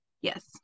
Yes